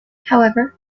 however